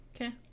Okay